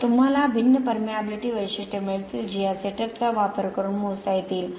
तर तुम्हाला भिन्न परमिएबिलिटी वैशिष्ट्ये मिळतील जी या सेटअपचा वापर करून मोजता येतील